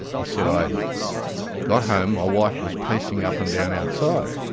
he said i got home, my wife was pacing up and down outside